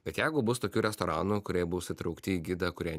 bet jeigu bus tokių restoranų kurie bus įtraukti į gidą kurie